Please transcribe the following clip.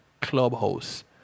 clubhouse